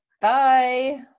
Bye